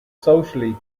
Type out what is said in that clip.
socially